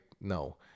no